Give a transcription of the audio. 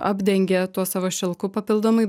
apdengia tuo savo šilku papildomai